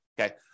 Okay